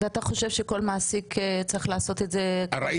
ואתה חושב שכל מעסיק צריך לעשות את זה כל חודש?